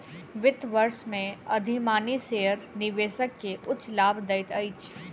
वित्त वर्ष में अधिमानी शेयर निवेशक के उच्च लाभ दैत अछि